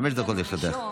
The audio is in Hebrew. חמש דקות לרשותך.